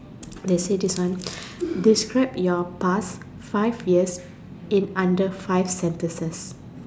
they say this one describe your past five years in under five sentences